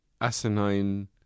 asinine